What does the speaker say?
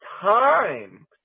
time